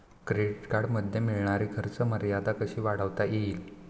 Credit कार्डमध्ये मिळणारी खर्च मर्यादा कशी वाढवता येईल?